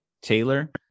Taylor